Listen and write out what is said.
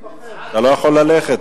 פעם בהכרח להיבחר.